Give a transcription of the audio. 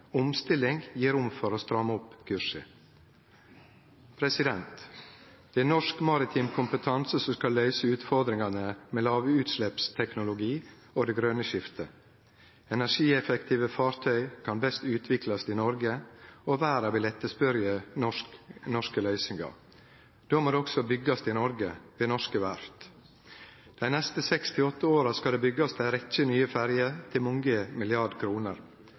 Omstilling gjev rom for å stramme opp kursen. Det er norsk maritim kompetanse som skal løyse utfordringane med lavutsleppsteknologi og det grøne skiftet. Energieffektive fartøy kan best utviklast i Noreg, og verda vil spørje etter norske løysingar. Då må det også byggjast i Noreg, ved norske verft. Dei neste seks–åtte åra skal det byggjast ei rekkje nye ferjer til mange milliardar kroner.